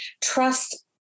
trust